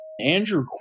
Andrew